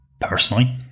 Personally